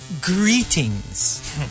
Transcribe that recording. greetings